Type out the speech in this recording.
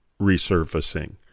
resurfacing